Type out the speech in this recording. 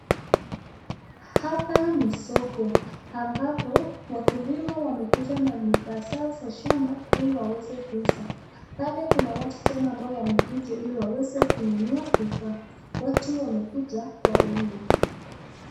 Hapa ni soko ambapo wakulima wamekuja na vifaa vyao vya shamba ili waweze kuuza pale kuna watu tena ambao wamekuja ili waweze kununua vifaa watu wamekuja kwa wingi.